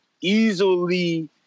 easily